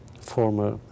former